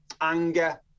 anger